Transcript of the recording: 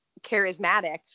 charismatic